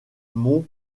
mont